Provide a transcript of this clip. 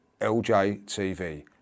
LJTV